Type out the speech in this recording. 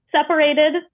separated